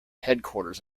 headquarters